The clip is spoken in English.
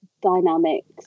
dynamics